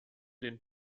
den